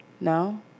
No